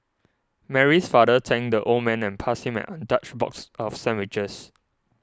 Mary's father thanked the old man and passed him an untouched box of sandwiches